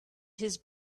his